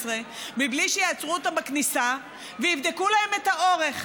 בלי שיעצרו אותם בכניסה ויבדקו להם את האורך.